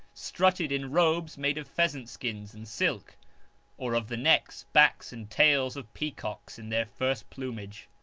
strutted in robes made of pheasant-skins and silk or of the necks, backs and tails of peacocks in their first plumage.